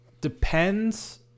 depends